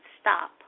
stop